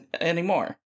anymore